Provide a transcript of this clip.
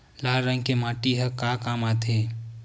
लाल रंग के माटी ह का काम आथे?